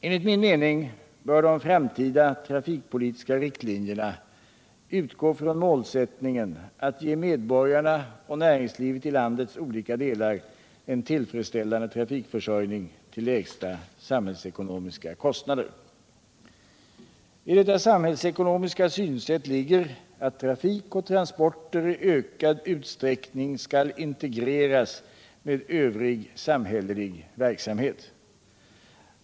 Enligt min mening bör de framtida trafikpolitiska riktlinjerna utgå från målsättningen att ge medborgarna och näringslivet i landets olika delar en tillfredsställande trafikförsörjning till lägsta samhällsekonomiska kostnader. I detta samhällsekonomiska synsätt ligger att trafik och transporter i ökad utsträckning skall integreras med övrig samhällelig verksamhet.